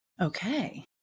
Okay